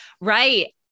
right